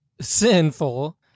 sinful